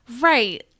Right